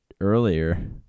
earlier